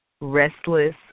restless